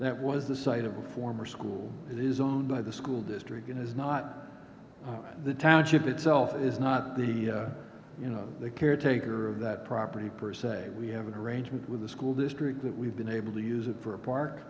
that was the site of a former school and is owned by the school district and is not the township itself is not the you know the caretaker of that property per se we have an arrangement with the school district that we've been able to use it for a park